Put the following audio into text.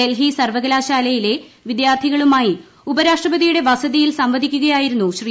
ഡൽഹി സർവകലാശാലയിലെ വിദ്യാർത്ഥികളുമായി ഉപരാഷ്ട്രപതിയുടെ വസതിയിൽ സംവദിക്കുകയായിരുന്നു ശ്രീ